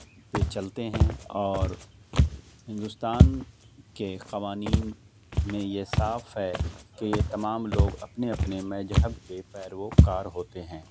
پہ چلتے ہیں اور ہندوستان کے قوانین میں یہ صاف ہے کہ یہ تمام لوگ اپنے اپنے مذہب کے پیروکار ہوتے ہیں